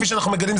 כפי שאנחנו מגלים,